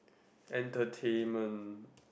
entertainment